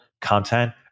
content